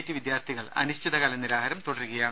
T വിദ്യാർഥികൾ അനി ശ്ചിതകാല നിരാഹാരം തുടരുകയാണ്